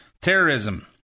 terrorism